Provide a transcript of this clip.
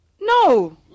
No